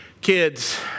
kids